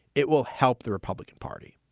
it will help the republican party